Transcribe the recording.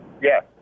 Yes